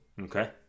Okay